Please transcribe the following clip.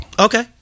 okay